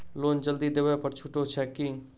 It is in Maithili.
लोन जल्दी देबै पर छुटो छैक की?